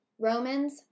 Romans